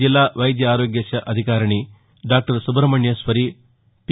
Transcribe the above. జిల్లా వైద్య ఆరోగ్య అధికారిణి డాక్టర్ సుభ్రహ్మణ్యేశ్వరి పి